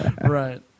Right